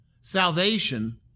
salvation